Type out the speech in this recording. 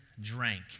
drank